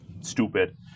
stupid